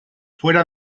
fuera